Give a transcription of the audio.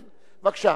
בבקשה.